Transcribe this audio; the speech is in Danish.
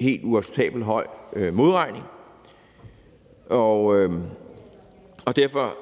helt uacceptabelt høj modregning. Derfor